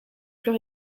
plus